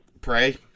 Pray